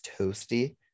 toasty